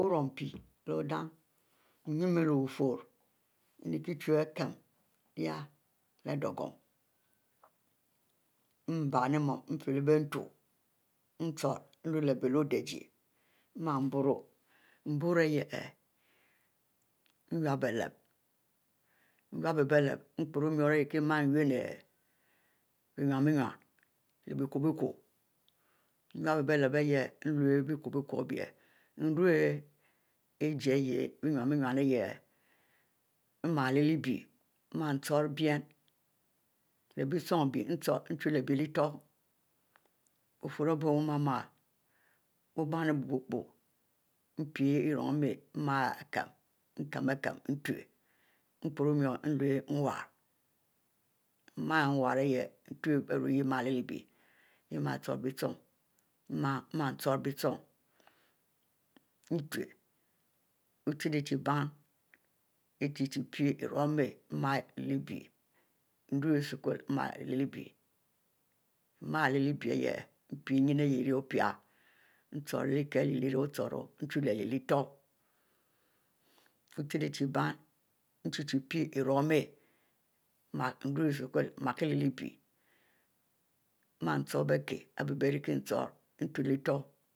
Bufurro bie rum pie leh odieyn mie kie uchu ikimu leh adogom mu bie ninn mum ifieh leh bie utuie. m̒choro mlu-lehbie leh odejie mbui ihieh ma yiebielep, yiebielep mpro muir mie kie ma yinne bie ninu-nimi, leh bie quri-quri mrue bie niun-ninu ari bie mie leh bie mie churi binne, leh bie nchong bie mchuri mchie leh iutur, bufurro biuie miele-miele wubinu ari bie upo im, chie pie irumie mie ikieum mie kimu-ikieum utun miepori mur leh nwarr, mie nwarr ihieh mutur bie rui ihieh mie choro bie nchong mie ari mie choro bie nchong ihieh utur wu chie-chie bann nchie pie irum ma mie leh bie utur esuku mie ma leh bie mie leh bie ihieh mpi ninne ari ihieh rie opie, nchore leh kieh mchu leh utur, wu chie banne mie chie irum ma mrui esukuel mie kie leh bie ma leh bie ma chore bikieh